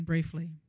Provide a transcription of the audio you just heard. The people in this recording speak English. Briefly